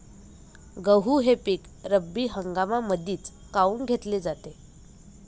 गहू हे पिक रब्बी हंगामामंदीच काऊन घेतले जाते?